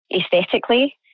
aesthetically